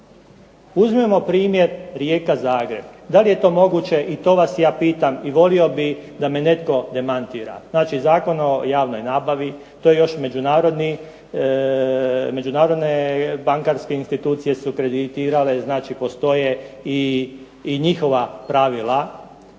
uzmimo primjer Rijeka-Zagreb, da li je to moguće, i to vas ja pitam, i volio bi da me netko demantira. Znači, Zakon o javnoj nabavi, to još međunarodne bankarske institucije su kreditirale, znači postoje i njihova pravila